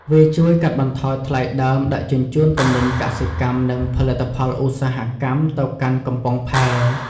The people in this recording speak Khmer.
វាជួយកាត់បន្ថយថ្លៃដើមដឹកជញ្ជូនទំនិញកសិកម្មនិងផលិតផលឧស្សាហកម្មទៅកាន់កំពង់ផែ។